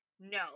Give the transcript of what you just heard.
no